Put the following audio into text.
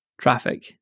Traffic